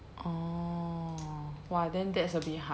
orh !wah! then that's a bit hard